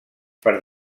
per